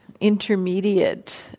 intermediate